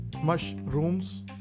Mushrooms